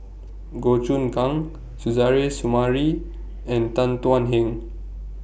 Goh Choon Kang Suzairhe Sumari and Tan Thuan Heng